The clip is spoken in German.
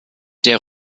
der